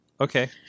Okay